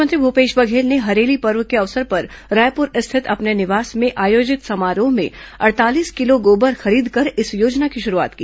मुख्यमंत्री भूपेश बघेल ने हरेली पर्व के अवसर पर रायपुर स्थित अपने निवास में आयोजित समारोह में अड़तालीस किलो गोबर खरीदकर इस योजना की शुरूआत की